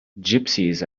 gypsies